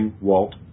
Walt